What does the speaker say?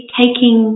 taking